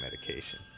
medication